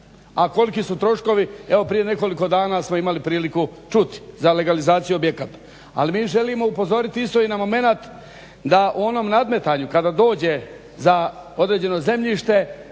A koliki su troškovi evo prije nekoliko dana smo imali priliku čuti za legalizaciju objekata. Ali mi želimo upozoriti isto na momenat da u onom nadmetanju kada dođe za određeno zemljište